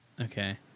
Okay